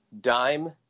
Dime